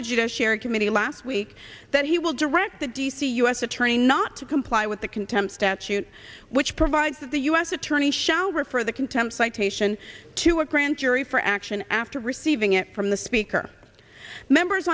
the judiciary committee last week that he will direct the d c u s attorney not to comply with the contempt statute which provides that the u s attorney shall refer the contempt citation to a grand jury for action after receiving it from the speaker members